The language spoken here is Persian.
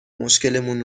مشکلمون